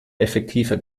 effektiver